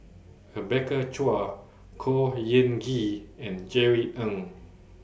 Rebecca Chua Khor Ean Ghee and Jerry Ng